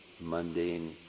mundane